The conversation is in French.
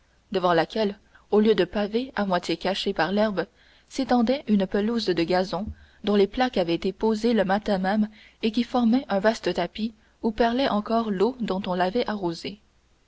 devant laquelle au lieu de pavés à moitié cachés par l'herbe s'étendait une pelouse de gazon dont les plaques avaient été posées le matin même et qui formait un vaste tapis où perlait encore l'eau dont on l'avait arrosé